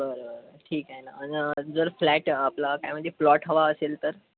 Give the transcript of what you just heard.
बरं ठीक आहे ना आणि जर फ्लॅट आपला काय म्हणजे प्लॉट हवा असेल तर